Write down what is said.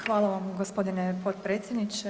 Hvala vam gospodine potpredsjedniče.